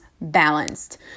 balanced